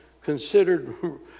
considered